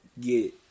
get